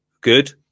Good